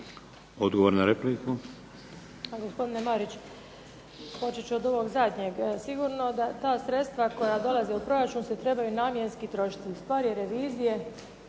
Odgovor na repliku.